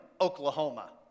Oklahoma